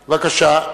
בבקשה.